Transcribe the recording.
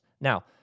Now